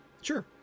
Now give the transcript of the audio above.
Sure